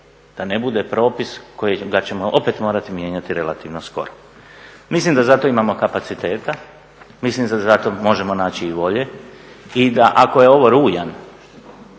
da ne bude propis kojega ćemo opet morati mijenjati relativno skoro. Mislim da za to imamo kapaciteta, mislim da za to možemo naći i volje i da ako je ovo rujan